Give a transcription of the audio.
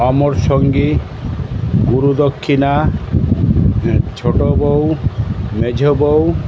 অমর সঙ্গী গুরুদক্ষিণা হ্যাঁ ছোট বউ মেজ বউ